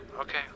okay